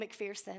McPherson